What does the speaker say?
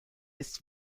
ist